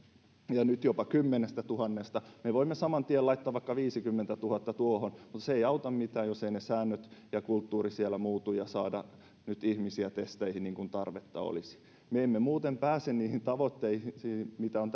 ja nyt jopa kymmenestätuhannesta me voimme saman tien laittaa vaikka viidenkymmenentuhannen tuohon mutta se ei auta mitään jos eivät ne säännöt ja se kulttuuri siellä muutu ja ei saada nyt ihmisiä testeihin niin kuin tarvetta olisi me emme muuten pääse niihin tavoitteisiin mitä on